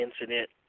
incident